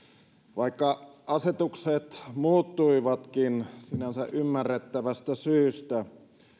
vaikka asetukset muuttuivatkin sinänsä ymmärrettävästä syystä